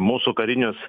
mūsų karinius